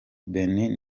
benin